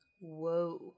whoa